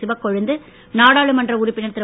சிவக்கொழுந்து நாடாளுமன்ற உறுப்பினர் திரு